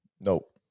Nope